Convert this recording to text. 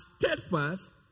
steadfast